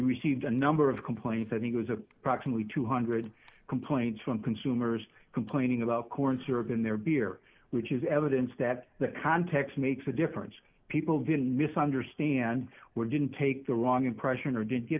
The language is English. received a number of complaints i think was a proximately two hundred complaints from consumers complaining about corn syrup in their beer which is evidence that the context makes a difference people didn't misunderstand were didn't take the wrong impression or didn't get